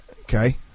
Okay